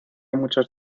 muchas